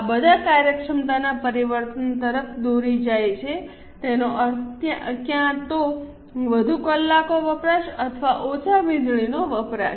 આ બધા કાર્યક્ષમતામાં પરિવર્તન તરફ દોરી જાય છે તેનો અર્થ ક્યાં તો વધુ કલાકો વપરાશ અથવા ઓછા વીજળીનો વપરાશ